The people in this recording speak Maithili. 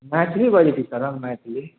मैथिली बजैत छी सर हम मैथिली